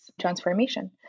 transformation